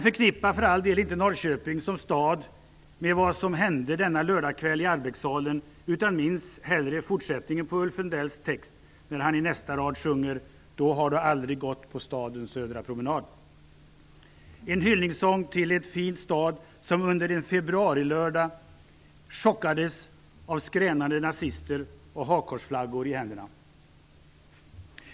Förknippa för all del inte Norrköping som stad med vad som hände denna lördagskväll i Albrektssalen, utan minns hellre fortsättningen på Ulf Lundells text, där han i nästa rad sjunger: "Då har du aldrig gått på stadens Södra Promenad." Det är en hyllningssång till en fin stad, som under en februarilördag chockades av skränande nazister med hakkorsflaggor i händerna.